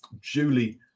Julie